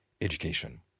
education